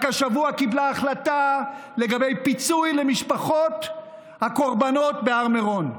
רק השבוע היא קיבלה החלטה לגבי פיצוי למשפחות הקורבנות בהר מירון,